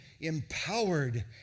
empowered